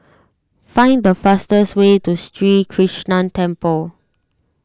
find the fastest way to Sri Krishnan Temple